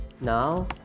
Now